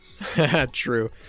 True